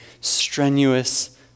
strenuous